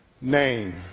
name